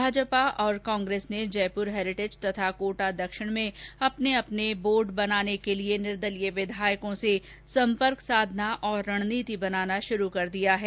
भाजपा तथा कांग्रेस ने जयपुर हैरिटेज तथा कोटा दक्षिण में अपने अपने बोर्ड बनाने के लिये निर्दलीय विधायकों से संपर्क साधना और रणनीति बनाना शुरू कर दिया है